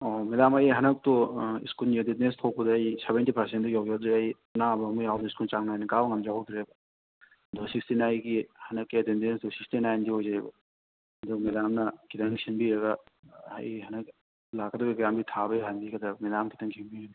ꯑꯣ ꯃꯦꯗꯥꯝ ꯑꯩ ꯍꯟꯗꯛꯇꯨ ꯁ꯭ꯀꯨꯜꯒꯤ ꯑꯦꯇꯦꯟꯗꯦꯟꯁ ꯊꯣꯛꯄꯗ ꯑꯩ ꯁꯕꯦꯟꯇꯤ ꯄꯥꯔꯁꯦꯟꯗꯨ ꯌꯧꯖꯗ꯭ꯔꯦ ꯑꯩ ꯑꯅꯥꯕ ꯑꯃ ꯌꯥꯎꯗꯅ ꯁ꯭ꯀꯨꯜ ꯆꯥꯡ ꯅꯥꯏꯅ ꯀꯥꯕ ꯉꯝꯖꯍꯧꯗ꯭ꯔꯦ ꯑꯗꯣ ꯁꯤꯁꯤꯅ ꯑꯩꯒꯤ ꯍꯟꯗꯛꯀꯤ ꯑꯦꯇꯦꯟꯗꯦꯟꯁꯇꯣ ꯁꯤꯛꯁꯇꯤ ꯅꯥꯏꯟꯗꯤ ꯑꯣꯏꯖꯩꯑꯕ ꯑꯗꯨ ꯃꯦꯗꯥꯝꯅ ꯈꯤꯇꯪ ꯁꯤꯟꯕꯤꯔꯒ ꯑꯩ ꯍꯟꯗꯛ ꯂꯥꯛꯀꯗꯧꯔꯤꯕ ꯑꯦꯛꯖꯥꯝꯁꯤ ꯊꯥꯕ ꯌꯥꯍꯟꯕꯤꯒꯗ꯭ꯔꯥ ꯃꯦꯗꯥꯝꯅ ꯈꯤꯇꯪ ꯁꯤꯟꯕꯤꯌꯨꯅꯦ